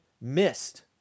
missed